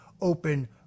open